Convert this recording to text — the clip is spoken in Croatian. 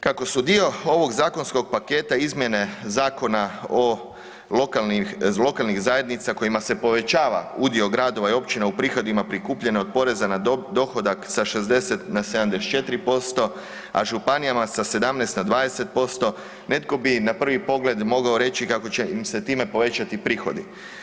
Kako su dio ovog zakonskog paketa izmjene Zakona o lokalnih zajednica kojima se povećava udio gradova i općina u prihodima prikupljena od poreza na dohodak sa 60 na 74%, a županijama sa 17 na 20%, netko bi na prvi pogled mogao reći kako će im se time povećati prihodi.